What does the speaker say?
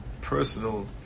personal